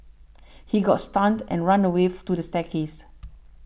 he got stunned and run away to the staircase